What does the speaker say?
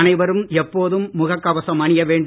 அனைவரும் எப்போதும் முகக் கவசம் அணிய வேண்டும்